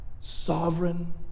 sovereign